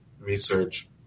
research